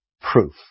proof